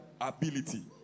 ability